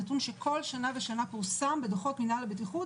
נתון שבכל שנה פורסם בדוחות מנהל הבטיחות